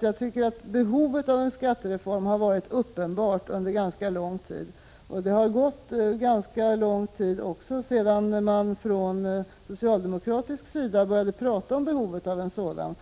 Jag tycker att behovet av en skattereform har varit uppenbart under ganska lång tid, och det är också ganska länge sedan man även från socialdemokratisk sida började tala om behovet av en sådan.